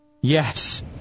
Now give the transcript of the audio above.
Yes